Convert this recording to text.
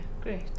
great